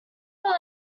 from